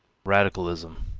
radicalism,